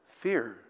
fear